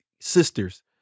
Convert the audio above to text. sisters